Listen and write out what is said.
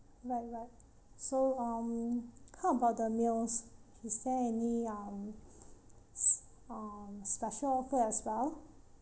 right right so um how about the meals is there any um um special offer as well